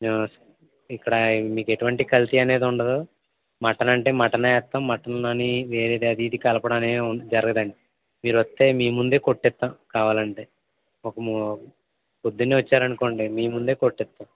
ఇక్కడ మీకు ఎటువంటి కల్తీ అనేది ఉండదు మటన్ అంటే మటనే ఎత్తాం మటన్లోని వేరే అది ఇది కలపడం జరగదండి మీరోత్తే మీ ముందే కొట్టిత్తం కావాలంటే ఒక మూ పొద్దున్నే వచ్చారనుకోండి మీ ముందే కొట్టిత్తం